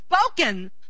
spoken